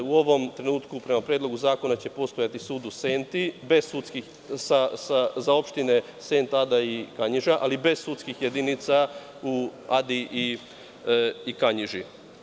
U ovom trenutku, prema Predlogu zakona će postojati sud u Senti za opštine Senta, Ada i Kanjiža, ali bez sudskih jedinica u Adi i Kanjiži.